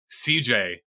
CJ